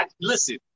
Listen